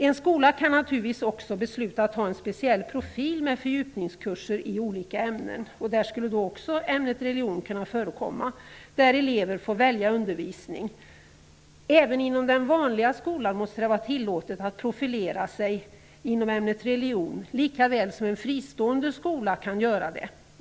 En skola kan naturligtvis också besluta att ha en speciell profil, med fördjupningskurser i olika ämnen -- där skulle ämnet religion också kunna förekomma -- där elever får välja undervisning. Även inom den vanliga skolan måste det vara tillåtet att profilera sig inom ämnet religion, lika väl som en fristående skola kan göra det.